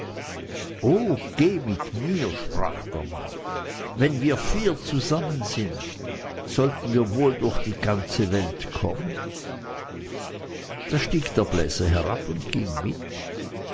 geh mit mir sprach der mann wenn wir vier zusammen sind sollten wir wohl durch die ganze welt kommen da stieg der bläser herab und ging mit